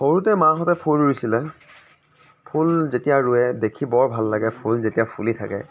সৰুতে মাহতে ফুল ৰুইছিলে ফুল যেতিয়া ৰুৱে দেখি বৰ ভাল লাগে ফুল যেতিয়া ফুলি থাকে